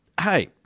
hey